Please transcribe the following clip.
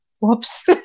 whoops